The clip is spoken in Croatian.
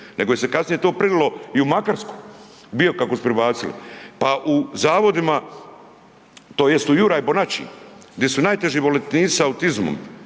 nego je se kasnije to prinilo i u Makarsku, bio kako su pribacili. Pa u zavodima tj. u Juraj Bonači gdje su najteži bolesnici s autizmom